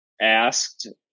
asked